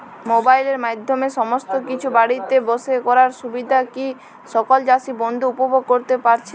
মোবাইলের মাধ্যমে সমস্ত কিছু বাড়িতে বসে করার সুবিধা কি সকল চাষী বন্ধু উপভোগ করতে পারছে?